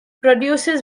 produces